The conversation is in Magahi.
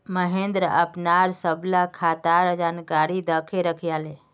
महेंद्र अपनार सबला खातार जानकारी दखे रखयाले